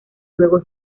luego